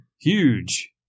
Huge